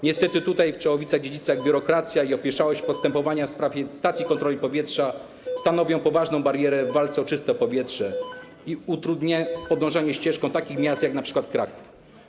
Niestety, tutaj, w Czechowicach-Dziedzicach, biurokracja i opieszałość postępowania stacji kontroli powietrza stanowią poważną barierę w walce o czyste powietrze i utrudniają podążanie ścieżką takich miast jak np. Kraków.